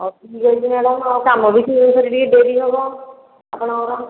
office ଡେରି ହୋଇଗଲାଣି ଆଉ କାମ ବି ସେଇ ଅନୁସାରେ ଟିକିଏ ଡେରି ହେବ ଆପଣଙ୍କର